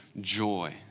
joy